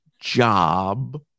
job